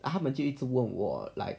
他们就一直问我 like